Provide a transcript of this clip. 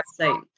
website